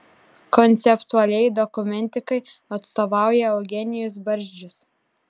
konceptualiai dokumentikai atstovauja eugenijus barzdžius